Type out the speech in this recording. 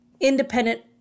independent